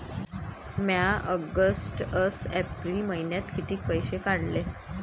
म्या ऑगस्ट अस एप्रिल मइन्यात कितीक पैसे काढले?